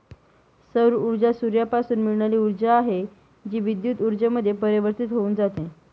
सौर ऊर्जा सूर्यापासून मिळणारी ऊर्जा आहे, जी विद्युत ऊर्जेमध्ये परिवर्तित होऊन जाते